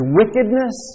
wickedness